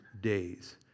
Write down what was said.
days